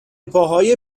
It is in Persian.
پاهای